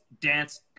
dance